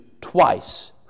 twice